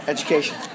Education